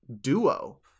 duo